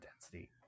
density